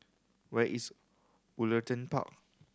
where is Woollerton Park